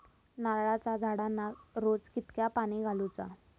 नारळाचा झाडांना रोज कितक्या पाणी घालुचा?